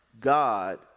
God